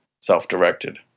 self-directed